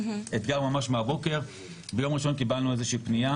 ביום ראשון קיבלנו איזושהי פנייה